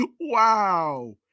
Wow